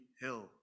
hill